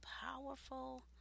powerful